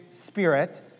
spirit